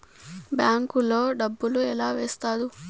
bank లో డబ్బులు ఎలా వేస్తారు